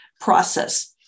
process